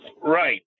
Right